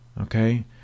Okay